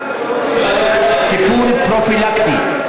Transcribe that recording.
טיפול פרופילקטי.